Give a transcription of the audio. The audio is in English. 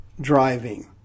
driving